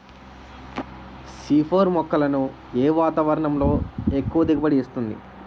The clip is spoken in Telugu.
సి ఫోర్ మొక్కలను ఏ వాతావరణంలో ఎక్కువ దిగుబడి ఇస్తుంది?